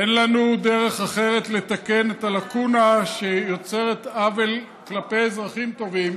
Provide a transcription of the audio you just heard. אין לנו דרך אחרת לתקן את הלקונה שיוצרת עוול כלפי אזרחים טובים,